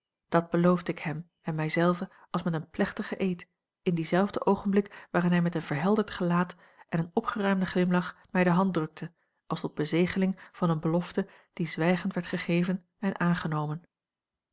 dat beloofde ik hem en mij zelve als met een plechtigen eed in dienzelfden oogenblik waarin hij met een verhelderd gelaat en een opgeruimden glimlach mij de hand drukte als tot bezegeling van een belofte die zwijgend werd gegeven en aangenomen